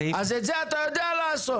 הסעיף --- את זה אתה יודע לעשות,